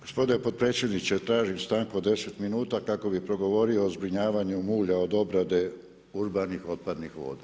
Gospodine potpredsjedniče, tražim stanku od 10 minuta kako bi progovorio o zbrinjavanju mulja od obrade urbanih otpadnih voda.